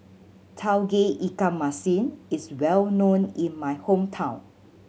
Tauge Ikan Masin is well known in my hometown